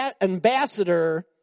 ambassador